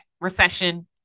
recession